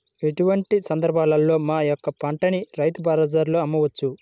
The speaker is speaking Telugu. ఎటువంటి సందర్బాలలో మా యొక్క పంటని రైతు బజార్లలో అమ్మవచ్చు?